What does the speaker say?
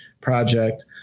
project